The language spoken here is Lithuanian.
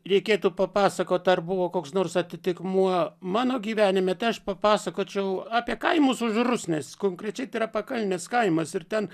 reikėtų papasakot ar buvo koks nors atitikmuo mano gyvenime tai aš papasakočiau apie kaimus žodžiu rusnės konkrečiai tai yra pakalnės kaimas ir ten